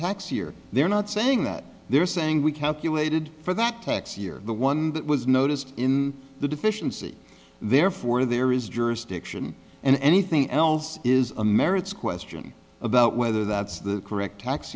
time here they're not saying that they're saying we calculated for that tax year the one that was noticed in the deficiency therefore there is jurisdiction and anything else is a merits question about whether that's the correct tax